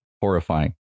horrifying